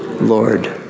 Lord